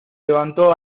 levantó